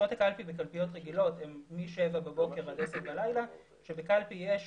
שעות הקלפי בקלפיות רגילות הן מ-700 בבוקר עד 10:00 בלילה כאשר בקלפי יש